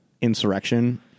insurrection